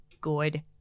good